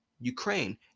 Ukraine